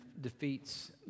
defeats